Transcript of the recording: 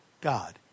God